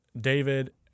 David